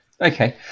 okay